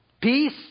peace